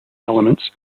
elements